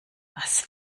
was